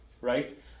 right